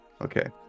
Okay